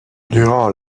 durant